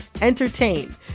entertain